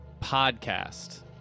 podcast